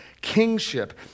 kingship